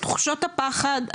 תחושות הפחד,